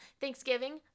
thanksgiving